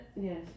Yes